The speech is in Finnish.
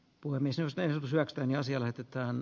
puhemies josta ei syötetä asia lähetetään